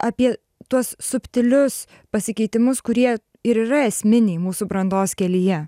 apie tuos subtilius pasikeitimus kurie ir yra esminiai mūsų brandos kelyje